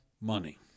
Money